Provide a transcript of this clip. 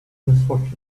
misfortunes